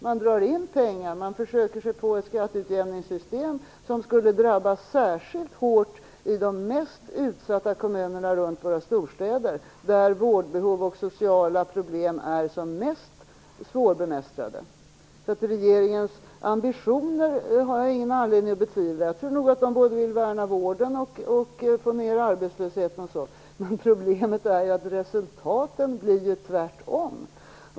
Man drar in pengar och försöker sig på ett skatteutjämningssystem som särskilt hårt skulle drabba de mest utsatta kommunerna runt våra storstäder, där vårdbehoven och de sociala problemen är som mest svårbemästrade. Jag har ingen anledning att betvivla regeringens ambitioner. Jag tror nog att de både vill värna vården, få ned arbetslösheten osv, men problemet är att resultaten blir tvärtom.